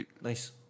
Nice